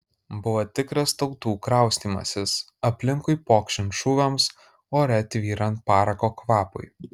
buvo tikras tautų kraustymasis aplinkui pokšint šūviams ore tvyrant parako kvapui